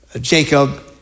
Jacob